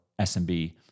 SMB